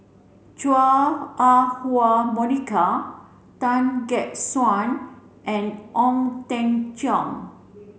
Chua Ah Huwa Monica Tan Gek Suan and Ong Teng Cheong